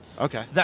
Okay